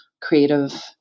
creative